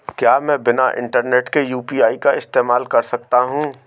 क्या मैं बिना इंटरनेट के यू.पी.आई का इस्तेमाल कर सकता हूं?